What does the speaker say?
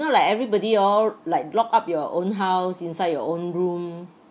not like everybody oh like lock up your own house inside your own room